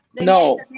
no